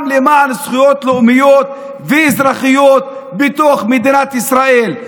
וגם למען זכויות לאומיות ואזרחיות בתוך מדינת ישראל.